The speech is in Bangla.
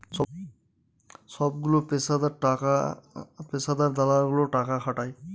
সবগুলো পেশাদার দালালেরা টাকা খাটায়